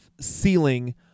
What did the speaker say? ceiling